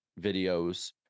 videos